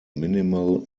minimal